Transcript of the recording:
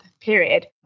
period